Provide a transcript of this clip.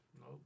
No